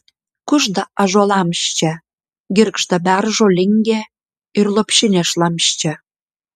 kužda ąžuolams čia girgžda beržo lingė ir lopšinė šlamščia